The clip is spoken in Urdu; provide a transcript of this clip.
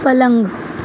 پلنگ